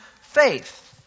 faith